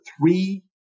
three